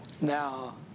Now